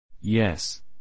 Yes